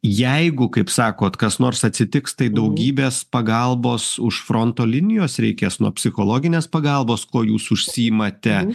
jeigu kaip sakot kas nors atsitiks tai daugybės pagalbos už fronto linijos reikės nuo psichologinės pagalbos kuo jūs užsiimate